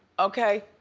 okay,